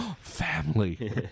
Family